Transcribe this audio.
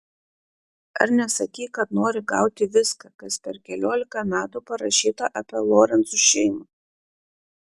ar nesakei kad nori gauti viską kas per keliolika metų parašyta apie lorencų šeimą